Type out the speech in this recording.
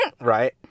right